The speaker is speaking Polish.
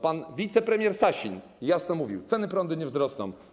Pan wicepremier Sasin jasno mówił: ceny nie wzrosną.